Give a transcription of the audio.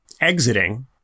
exiting